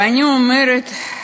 ואני אומרת,